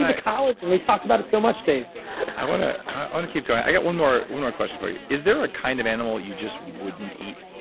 the collagen. we talked about it so much, dave i want to and keep going. i got one more one more question for you. is there a kind of animal you just wouldn't eat?